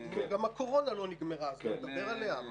גם הקורונה עוד לא נגמרה, אז לא נדבר עליה?